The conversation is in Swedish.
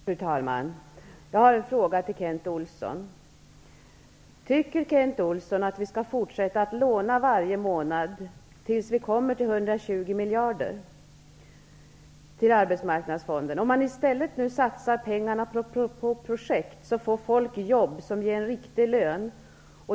Fru talman! Jag har en fråga till Kent Olsson. Tycker Kent Olsson att vi skall fortsätta att låna varje månad till Arbetsmarknadsfonden till dess vi kommer upp till 120 miljarder? Om vi i stället satsar pengarna på projekt får människor jobb som ger en riktig lön.